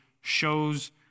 shows